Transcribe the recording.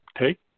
take